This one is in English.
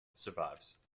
survives